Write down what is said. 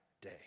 day